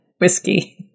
whiskey